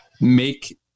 make